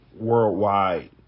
worldwide